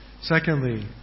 Secondly